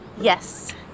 Yes